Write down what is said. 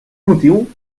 motiu